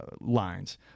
lines